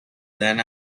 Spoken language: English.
than